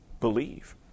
believe